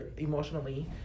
emotionally